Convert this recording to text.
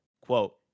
quote